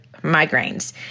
migraines